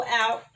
out